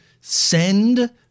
send